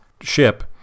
ship